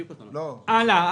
הלאה.